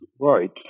Right